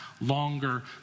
longer